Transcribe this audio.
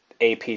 AP